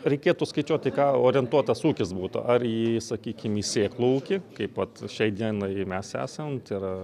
reikėtų skaičiuoti į ką orientuotas ūkis būtų ar į sakykim į sėklų ūkį kaip vat šiai dienai mes esam tai yra